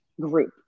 group